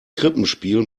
krippenspiel